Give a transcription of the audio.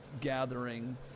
gathering